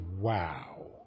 wow